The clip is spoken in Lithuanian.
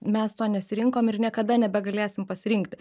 mes to nesirinkom ir niekada nebegalėsim pasirinkti